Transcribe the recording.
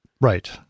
Right